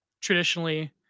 traditionally